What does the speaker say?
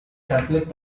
catholic